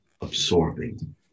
absorbing